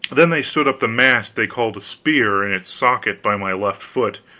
then they stood up the mast they called a spear, in its socket by my left foot,